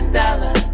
dollar